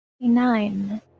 nine